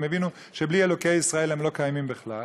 הם הבינו שבלי אלוהי ישראל הם לא קיימים בכלל.